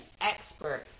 expert